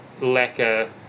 lacquer